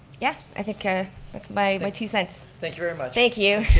yeah, i think ah that's my my two cents. thank you very much. thank you.